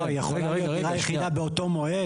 לא, היא יכולה להיות דירה יחידה באותו מועד.